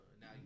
Now